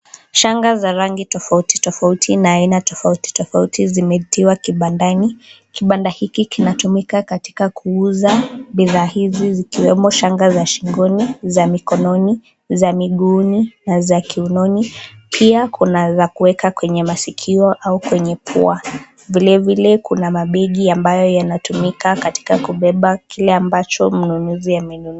Shanga za rangi tofauti tofauti na aina tofauti tofauti zimetiwa kibandani. Kibanda hiki kinatumika katika kuuza bidhaa hizi zikiwemo shanga za shingoni, za mikononi, za miguuni na za kiunoni. Pia kuna za kuweka kwenye masikio au kwenye pua. Vilevile kuna mabegi ambayo yanatumika katika kubeba kile ambacho mnunuzi amenunua.